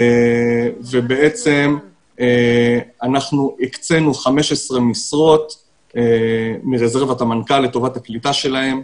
אנחנו הקצנו 15 משרות מרזרבת המנכ"ל לטובת הקליטה שלהם.